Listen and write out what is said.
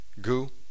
goo